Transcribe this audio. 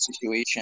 situation